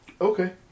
Okay